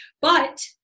But-